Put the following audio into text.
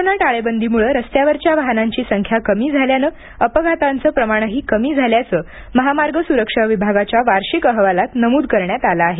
corona टाळेबंदीमुळं रस्त्यावरच्या वाहनांची संख्या कमी झाल्यानं अपघातांचं प्रमाणही कमी झाल्याचं महामार्ग सुरक्षा विभागाच्या वार्षिक अहवालात नमूद करण्यात आलं आहे